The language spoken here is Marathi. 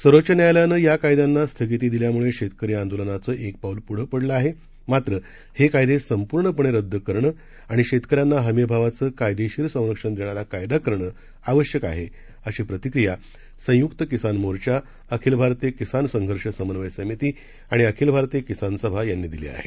सर्वोच्च न्यायालयानं या कायद्यांना स्थगिती दिल्यामुळे शेतकरी आंदोलनाचं एक पाऊल पुढं पडलं आहे मात्र हे कायदे संपूर्णपणे रद्द करणं आणि शेतकऱ्यांना हमीभावाचं कायदेशीर संरक्षण देणारा कायदा करणं आवश्यक आहे अशी प्रतिक्रिया संयुक्त किसान मोर्चा अखिल भारतीय किसान संघर्ष समन्वय समिती आणि अखिल भारतीय किसान सभा यांनी दिली आहे